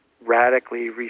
radically